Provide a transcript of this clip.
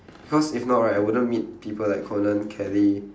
because if not right I wouldn't meet people like Collen Kelly